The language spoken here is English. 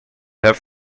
have